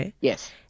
Yes